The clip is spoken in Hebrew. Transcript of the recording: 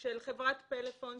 של חברת פלאפון,